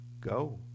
Go